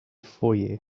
foyer